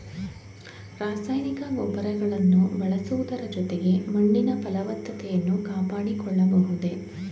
ರಾಸಾಯನಿಕ ಗೊಬ್ಬರಗಳನ್ನು ಬಳಸುವುದರ ಜೊತೆಗೆ ಮಣ್ಣಿನ ಫಲವತ್ತತೆಯನ್ನು ಕಾಪಾಡಿಕೊಳ್ಳಬಹುದೇ?